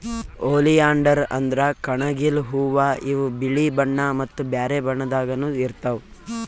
oleander ಅಂದ್ರ ಕಣಗಿಲ್ ಹೂವಾ ಇವ್ ಬಿಳಿ ಬಣ್ಣಾ ಮತ್ತ್ ಬ್ಯಾರೆ ಬಣ್ಣದಾಗನೂ ಇರ್ತವ್